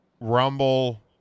Rumble